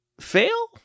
fail